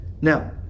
now